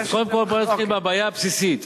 אז יש הצעת חוק.